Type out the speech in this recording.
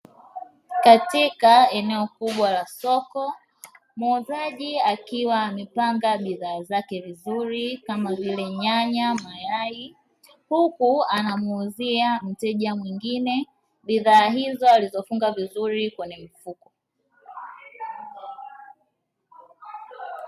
Katika eneo kubwa la soko muuzaji akiwa amepanga bidhaa zake vizuri kama vile nyanya, mayai huku anamuuzia mteja mwingine bidhaa hizo anazofunga kwenye mfuko.